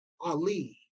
Ali